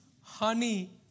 honey